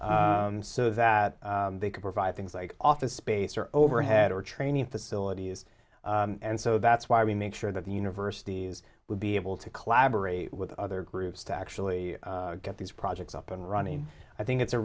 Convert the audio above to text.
reach so that they could provide things like office space or overhead or training facilities and so that's why we make sure that the universities will be able to collaborate with other groups to actually get these projects up and running i think it's a